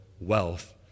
wealth